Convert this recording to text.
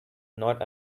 not